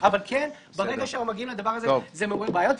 אבל ברגע שאנחנו מגיעים לדבר הזה זה מעורר בעיות.